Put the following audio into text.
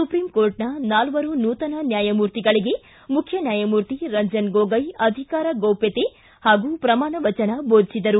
ಸುಪ್ರಿಂಕೋರ್ಟ್ನ ನಾಲ್ವರು ನೂತನ ನ್ಯಾಯಮೂರ್ತಿಗಳಿಗೆ ಮುಖ್ಯನ್ಯಾಯಮೂರ್ತಿ ರಂಜನ್ ಗೊಗೋಯ್ ಅಧಿಕಾರ ಗೌಪ್ಯತೆ ಹಾಗೂ ಪ್ರಮಾಣ ವಚನ ಬೋಧಿಸಿದರು